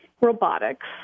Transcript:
Robotics